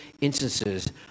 instances